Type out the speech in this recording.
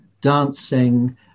dancing